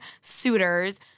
suitors